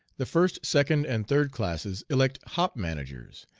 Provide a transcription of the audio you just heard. the first, second, and third classes elect hop managers,